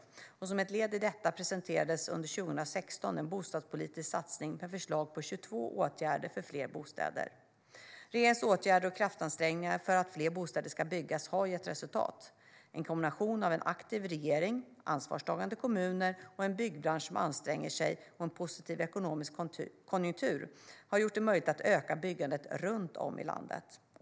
Som ett led i detta presenterades under 2016 en bostadspolitisk satsning med förslag på 22 åtgärder för fler bostäder. Regeringens åtgärder och kraftansträngning för att fler bostäder ska byggas har gett resultat. En kombination av en aktiv regering, ansvarstagande kommuner, en byggbransch som anstränger sig och en positiv ekonomisk konjunktur har gjort det möjligt att öka byggandet runt om i landet.